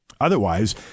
Otherwise